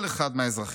כל אחד מהאזרחים,